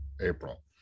April